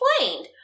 explained